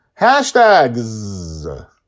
hashtags